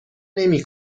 نمی